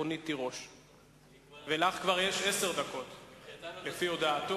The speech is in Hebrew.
יהיה לה קשה